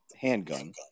handgun